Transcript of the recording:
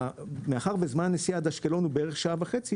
מאחר וזמן הנסיעה עד אשקלון הוא בערך שעה וחצי